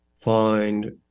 find